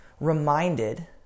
reminded